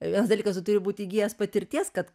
vienas dalykas tu turi būt įgijęs patirties kad